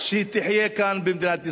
שתחיה כאן, במדינת ישראל?